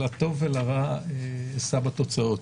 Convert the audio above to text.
אז לטוב ולרע, אשא בתוצאות.